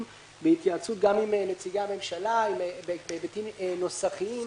בהתייעצות גם עם משרדי ממשלה בהיבטים נוסחיים.